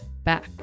Back